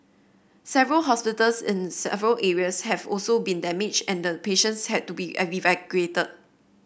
several hospitals in several areas have also been damaged and patients had to be evacuated